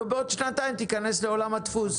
ובעוד שנתיים תיכנס לעולם הדפוס.